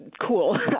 cool